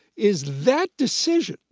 is that decision,